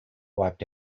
wiped